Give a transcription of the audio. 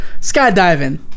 Skydiving